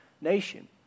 nation